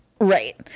right